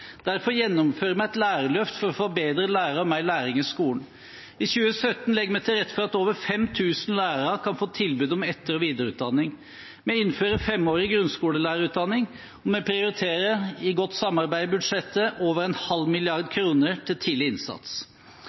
Derfor gjennomfører vi et lærerløft for å få bedre lærere og mer læring i skolen. I 2017 legger vi rette for at over 5 000 lærere kan få tilbud om etter- og videreutdanning. Vi innfører femårig grunnskolelærerutdanning, og vi prioriterer, i godt samarbeid om budsjettet, over en halv milliard kroner til tidlig innsats.